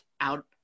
out